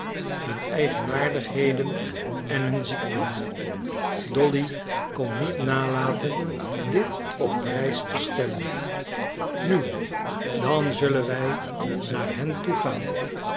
hun eigenaardigheden en hun ziekten dolly kon niet nalaten dit op prijs te stellen nu dan zullen wij naar hen toegaan